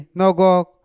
nogok